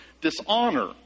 dishonor